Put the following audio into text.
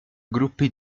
gruppi